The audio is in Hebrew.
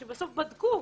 שבסוף בדקו.